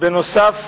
נוסף